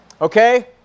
Okay